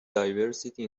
diversity